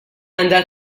għandha